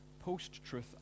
Post-truth